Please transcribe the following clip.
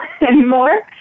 anymore